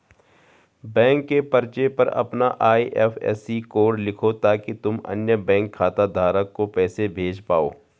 bank के पर्चे पर अपना आई.एफ.एस.सी कोड लिखो ताकि तुम अन्य बैंक खाता धारक को पैसे भेज पाओ